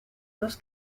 los